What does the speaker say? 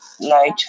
night